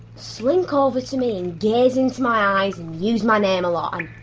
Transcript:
slink over to me and gaze into my eyes and use my name a lot and